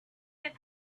did